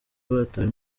batawe